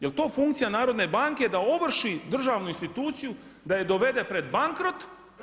Jel' to funkcija Narodne banke da ovrši državnu instituciju, da je dovede pred bankrot?